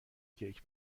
کیک